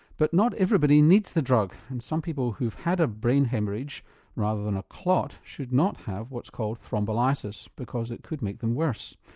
but not everybody needs the drug and some people who've had a brain haemorrhage rather than a clot should not have what's called thrombolysis, because it could make them worse.